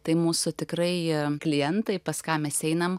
tai mūsų tikrai klientai pas ką mes einam